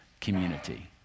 community